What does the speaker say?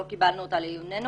לא קיבלנו אותה לעיוננו